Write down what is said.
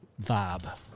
vibe